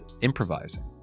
improvising